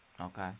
Okay